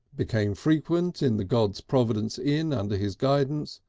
became frequent in the god's providence inn under his guidance,